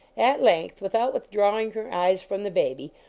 at length, without withdrawing her eyes from the baby,